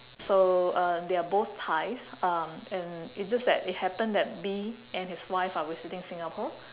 so uh they are both thais um and it just that it happen that B and his wife are visiting singapore